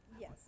Yes